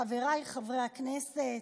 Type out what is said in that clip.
חבריי חברי הכנסת,